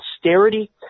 austerity